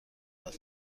داد